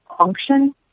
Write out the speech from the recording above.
function